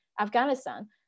Afghanistan